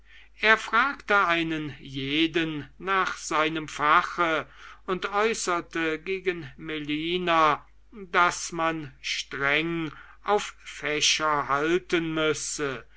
er fragte einen jeden nach seinem fache und äußerte gegen melina daß man streng auf fächer halten müsse